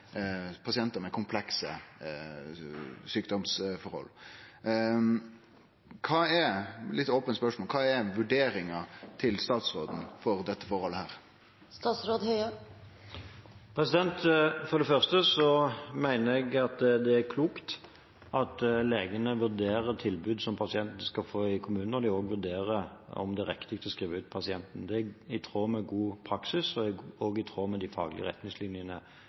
med komplekse sjukdomsforhold. Eg har eit litt ope spørsmål: Kva er vurderinga til statsråden av dette forholdet? For det første mener jeg det er klokt at legene vurderer tilbud som pasienten skal få i kommunene når de også vurderer om det er riktig å skrive ut pasienten. Det er i tråd med god praksis og også i tråd med de faglige retningslinjene